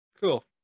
Cool